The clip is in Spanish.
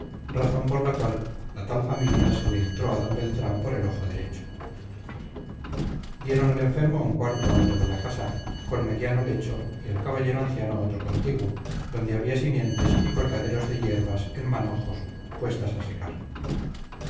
razón por la cual la tal familia se le entró a d beltrán por el ojo derecho dieron al enfermo un cuarto alto de la casa con mediano lecho y al caballero anciano otro contiguo donde había simientes y colgaderos de hierbas en manojos puestas a secar